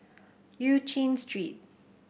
Eu Chin Street